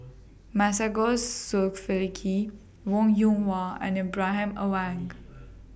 Masagos Zulkifli Wong Yoon Wah and Ibrahim Awang